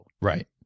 Right